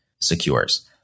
secures